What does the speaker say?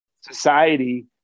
society